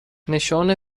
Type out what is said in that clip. نشان